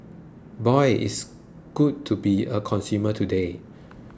boy it's good to be a consumer today